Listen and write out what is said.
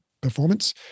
performance